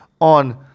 on